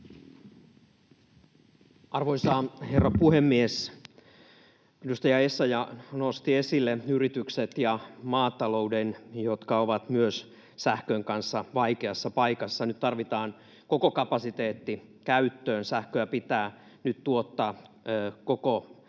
Arvoisa herra puhemies! Edustaja Essayah nosti esille yritykset ja maatalouden, jotka myös ovat sähkön kanssa vaikeassa paikassa. Nyt tarvitaan koko kapasiteetti käyttöön. Sähköä pitää nyt tuottaa koko